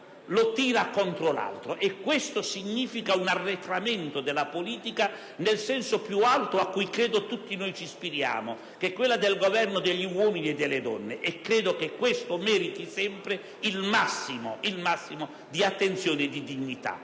le tira contro l'altro e ciò significa un arretramento di quella politica nel senso più alto, alla quale credo tutti noi ci ispiriamo, che è quella del governo degli uomini e delle donne. Credo che ciò meriti sempre il massimo dell'attenzione e della dignità.